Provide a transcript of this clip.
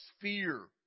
fear